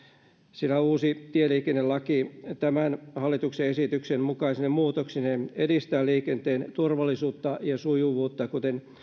sillä uusi tieliikennelaki tämän hallituksen esityksen mukaisine muutoksineen edistää liikenteen turvallisuutta ja sujuvuutta kuten